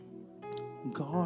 God